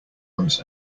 ones